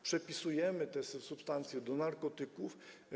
Przepisujemy te substancje do narkotyków.